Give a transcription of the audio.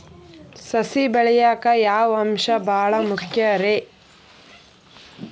ಸಸಿ ಬೆಳೆಯಾಕ್ ಯಾವ ಅಂಶ ಭಾಳ ಮುಖ್ಯ ರೇ?